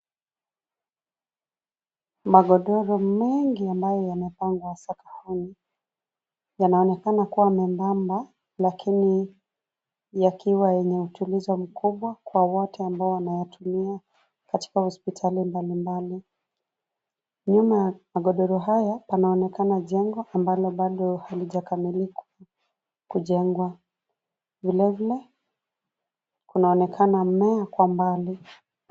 Magodoro mengi ambayo yamepangwa sakafuni yanaonekana kuwa mmebamba lakini yakiwa yenye utulizo mkubwa kwa wote ambao wanayatumia katika hospitali mbalimbali. Nyuma ya magodoro haya panaonekana jengo, ambalo bado halijakamilika kujengwa. Vilevile, kunaonekana mmea kwa mbali.